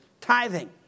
tithing